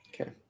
okay